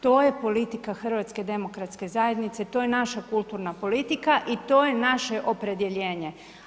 To je politika HZD-a, to je naša kulturna politika i to je naše opredjeljenje.